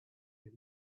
you